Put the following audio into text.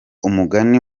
umugani